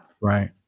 Right